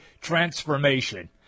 transformation